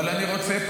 אבל אני רוצה,